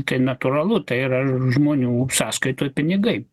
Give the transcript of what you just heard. tai natūralu tai yra žmonių sąskaitoj pinigai